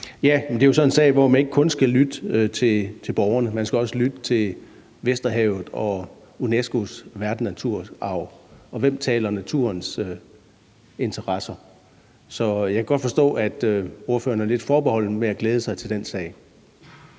Ja, men det er jo sådan en sag, hvor man ikke kun skal lytte til borgerne. Man skal også lytte til Vesterhavet og UNESCO's verdensnaturarv. Og hvem taler naturens sag? Så jeg kan godt forstå, at ordføreren er lidt forbeholden med at glæde sig til den sag.